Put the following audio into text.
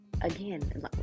again